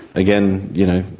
again, you know,